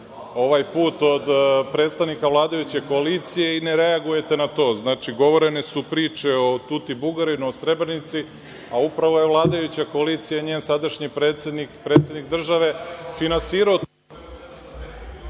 ovaj put od predstavnika vladajuće koalicije i ne reagujete na to. Znači, pričane su priče o Tuti Bugarinu, o Srebrenici, a upravo je vladajuća koalicija i njen sadašnji predsednik, predsednik države finansirao to.